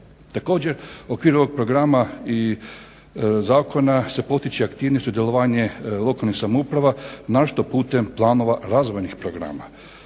Također, u okviru ovog programa i zakona se potiče aktivnije sudjelovanje lokalnih samouprava na što putem planova razvojnih programa.